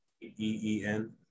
E-E-N